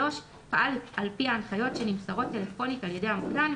(3)פעל על פי ההנחיות שנמסרות טלפונית על ידי המוקדן,